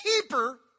keeper